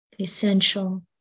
essential